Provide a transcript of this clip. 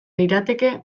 lirateke